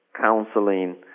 counseling